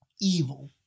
evil